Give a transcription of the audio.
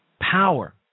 power